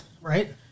right